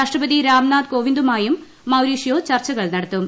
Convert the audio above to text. രാഷ്ട്രപതി രാംനാഥ് കോവിന്ദുമായും മൌരീഷ്യോ ചർച്ചകൾ നടത്തും